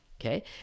okay